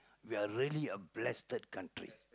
we are really a blessed country